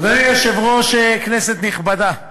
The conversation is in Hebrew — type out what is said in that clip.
אדוני היושב-ראש, כנסת נכבדה,